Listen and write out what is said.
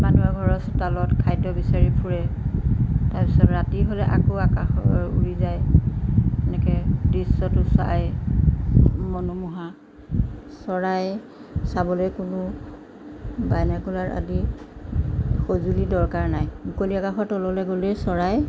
মানুহৰ ঘৰৰ চোতালত খাদ্য বিচাৰি ফুৰে তাৰপিছত ৰাতি হ'লে আকৌ আকাশলৈ উৰি যায় এনেকৈ দৃশ্যটো চাই মনোমোহা চৰাই চাবলৈ কোনো বাইনোকুলাৰ আদি সঁজুলিৰ দৰকাৰ নাই মুকলি আকাশৰ তললৈ গ'লেই চৰাই